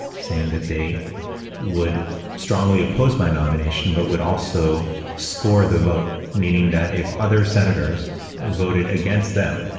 saying that they would strongly oppose my nomination, but would also score the vote, meaning that if other senators voted against them,